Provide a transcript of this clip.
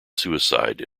suicide